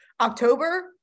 October